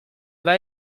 bas